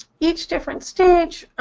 each different stage,